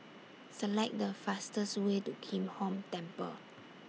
Select The fastest Way to Kim Hong Temple